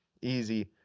easy